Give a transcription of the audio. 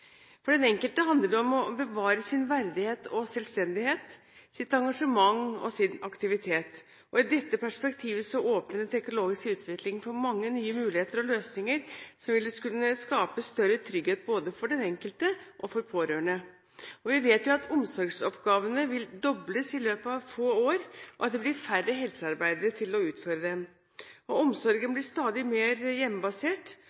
For den enkelte handler det om å bevare sin verdighet og selvstendighet, sitt engasjement og sin aktivitet. I dette perspektivet åpner den teknologiske utviklingen for mange nye muligheter og løsninger som vil kunne skape større trygghet både for den enkelte og for pårørende. Vi vet at omsorgsoppgavene vil dobles i løpet av få år, og at det blir færre helsearbeidere til å utføre dem. Omsorgen